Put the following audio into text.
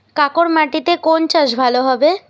কাঁকর মাটিতে কোন চাষ ভালো হবে?